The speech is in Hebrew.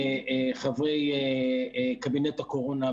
גם לחברי קבינט הקורונה,